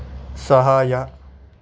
ಸಹಾಯ